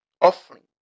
offering